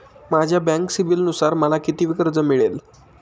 माझ्या बँक सिबिलनुसार मला किती कर्ज मिळेल?